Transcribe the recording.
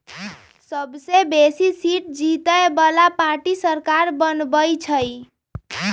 सबसे बेशी सीट जीतय बला पार्टी सरकार बनबइ छइ